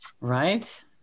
Right